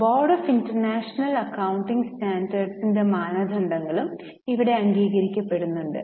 board of international accounting സ്റ്റാൻഡേർസിന്റെ മാനദണ്ഡങ്ങളും ഇവിടെ അംഗീകരിക്കപ്പെടുന്നുണ്ട്